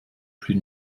plus